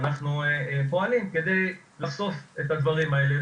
אנחנו פועלים כדי לחשוף את הדברים האלה.